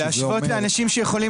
וזה אומר --- להשוות לאנשים שיכולים